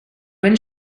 when